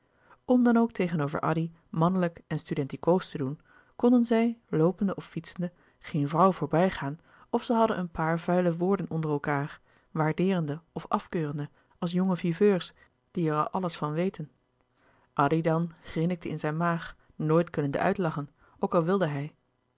om dan ook tegenover addy mannelijk en studentikoos te doen konden zij loopende of fietsende geen vrouw voorbij gaan of zij hadden een paar vuile woorden onder elkaâr louis couperus de boeken der kleine zielen waardeerende of afkeurende als jonge viveurs die er al alles van weten addy dan grinnikte in zijn maag nooit kunnende uitlachen ook al wilde hij